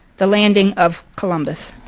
the landing of columbus.